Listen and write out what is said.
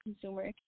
consumer